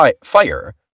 fire